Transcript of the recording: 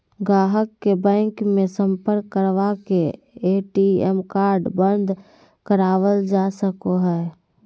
गाहक के बैंक मे सम्पर्क करवा के ए.टी.एम कार्ड बंद करावल जा सको हय